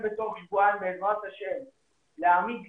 וטוב מאוד שאנחנו פועלים כדי להבטיח שהם יוכלו להישאר